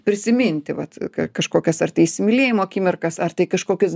prisiminti vat kažkokias ar tai įsimylėjimo akimirkas ar tai kažkokius